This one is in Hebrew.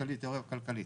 תאוריה כלכלית.